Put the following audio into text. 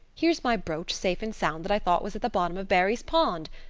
here's my brooch safe and sound that i thought was at the bottom of barry's pond.